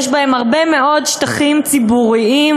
יש בהם הרבה מאוד שטחים ציבוריים,